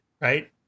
right